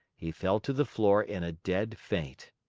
he fell to the floor in a dead faint.